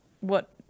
what-